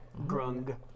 Grung